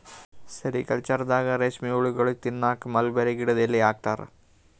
ಸೆರಿಕಲ್ಚರ್ದಾಗ ರೇಶ್ಮಿ ಹುಳಗೋಳಿಗ್ ತಿನ್ನಕ್ಕ್ ಮಲ್ಬೆರಿ ಗಿಡದ್ ಎಲಿ ಹಾಕ್ತಾರ